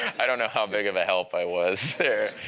i don't know how big of a help i was there.